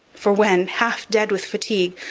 for when, half dead with fatigue,